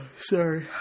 sorry